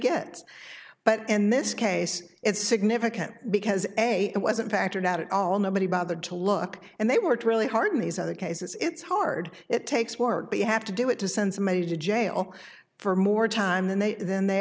gets but in this case it's significant because a it wasn't factored out at all nobody bothered to look and they were to really hard in these other cases it's hard it takes work but you have to do it to send somebody to jail for more time than they than they